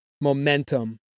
momentum